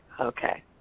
Okay